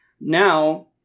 Now